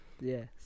Yes